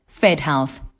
FedHealth